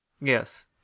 Yes